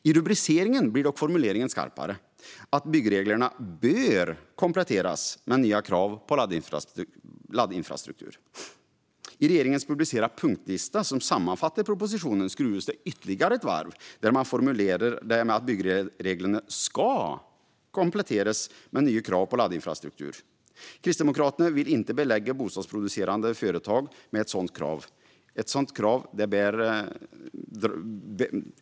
I rubriceringen blir dock formuleringen skarpare, att byggreglerna "bör" kompletteras med nya krav på laddinfrastruktur. I regeringens publicerade punktlista som sammanfattar propositionen skruvas det ytterligare ett varv när man formulerar det med att byggreglerna "ska" kompletteras med nya krav på laddinfrastruktur. Kristdemokraterna vill inte belägga bostadsproducerande företag med ett sådant krav.